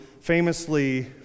famously